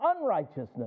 unrighteousness